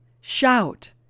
Shout